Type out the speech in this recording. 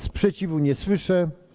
Sprzeciwu nie słyszę.